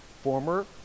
former